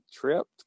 tripped